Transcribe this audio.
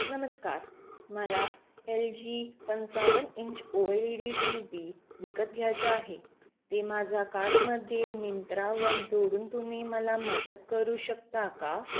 नमस्कार मला L G पंचावन्न inch O L E D T V विकत घ्यायचं आहे ते माझा कार्टमध्ये मिंत्रावर जोडून तुम्ही मला मदत करू शकता का